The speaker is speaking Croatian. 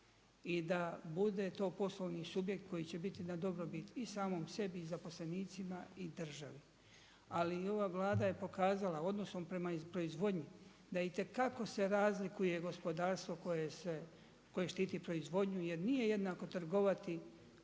i da bude to poslovni subjekt koji će biti na dobrobit i samom sebi i zaposlenicima i državi. Ali ova Vlada je pokazala odnosom prema proizvodnji, da itekako se razlikuje gospodarstvo koje štiti proizvodnju. Jer nije jednako trgovati